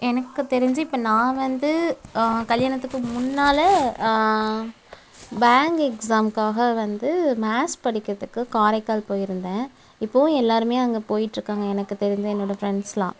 எனக்குத் தெரிஞ்சு இப்போ நான் வந்து கல்யாணத்துக்கு முன்னால் பேங்க் எக்ஸாம்காக வந்து மேத்ஸ் படிக்கிறதுக்கு காரைக்கால் போயிருந்தேன் இப்போது எல்லோருமே அங்கே போயிட்டு இருக்காங்க எனக்கு தெரிஞ்ச என்னோட ஃப்ரெண்ட்ஸ்லாம்